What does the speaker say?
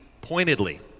pointedly